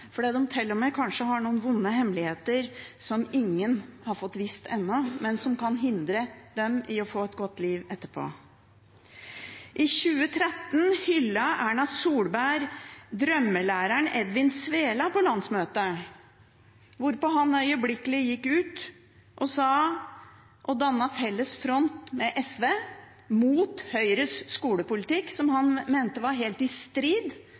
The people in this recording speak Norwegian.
fordi de til og med kanskje har noen vonde hemmeligheter som ingen har fått vite om ennå, men som kan hindre dem i å få et godt liv etterpå. I 2013 hyllet Erna Solberg drømmelæreren Edvin Svela på landsmøtet, hvorpå han øyeblikkelig gikk ut og dannet felles front med SV mot Høyres skolepolitikk – som han mente var helt i strid